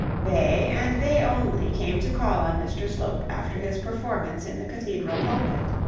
they, and they only, came to call on mr slope after his performance in the cathedral pulpit.